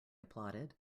applauded